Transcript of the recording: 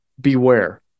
beware